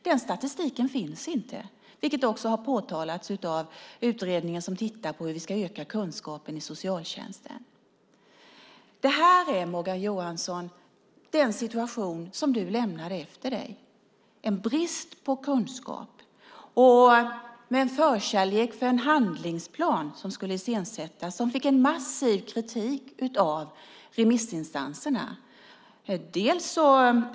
Den statistiken finns inte, vilket också har påtalats av den utredning som tittar på hur vi ska öka kunskapen i socialtjänsten. Det här, Morgan Johansson, är den situation du lämnade efter dig. Det är en brist på kunskap med en förkärlek för en handlingsplan som fick massiv kritik av remissinstanserna.